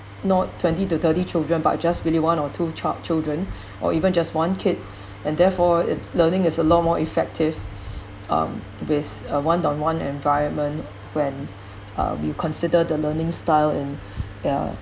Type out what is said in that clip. not twenty to thirty children but just really one or two chop~ children or even just one kid and therefore it's learning is a lot more effective um with a one-on-one environment when uh we consider the learning style in their